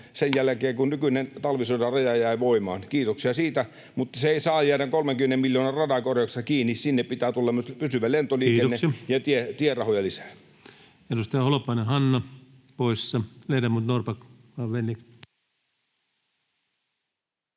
koputtaa] kun nykyinen talvisodan raja jäi voimaan. Kiitoksia siitä, mutta se ei saa jäädä 30 miljoonan ratakorjauksesta kiinni. Sinne pitää tulla myös pysyvä lentoliikenne ja tierahoja lisää. Kiitoksia. — Edustaja Holopainen, Hanna poissa.